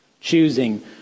choosing